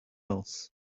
else